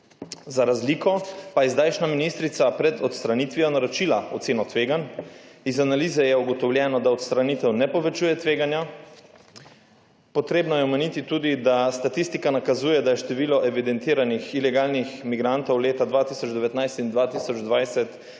Za razliko pa je zdajšnja ministrica pred odstranitvijo naročila oceno tveganj. Iz analize je ugotovljeno, da odstranitev ne povečuje tveganja. Potrebno je omeniti tudi, da statistika nakazuje, da je število evidentiranih ilegalnih migrantov leta 2019 in 2020